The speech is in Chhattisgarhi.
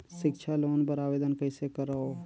सिक्छा लोन बर आवेदन कइसे करव?